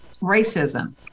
racism